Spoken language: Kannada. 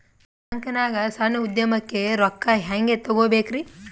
ಬ್ಯಾಂಕ್ನಾಗ ಸಣ್ಣ ಉದ್ಯಮಕ್ಕೆ ರೊಕ್ಕ ಹೆಂಗೆ ತಗೋಬೇಕ್ರಿ?